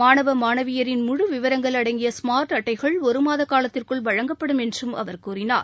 மாணவ மாணவியரின் முழு விவரங்கள் அடங்கிய ஸ்மார்ட் அட்டைகள் ஒரு மாத காலத்திற்குள் வழங்கப்படும் என்றும் அவர் கூறினார்